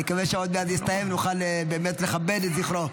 אני מקווה שעוד מעט זה יסתיים ונוכל באמת לכבד את זכרו.